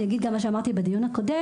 אני אגיד גם מה שאמרתי בדיון הקודם,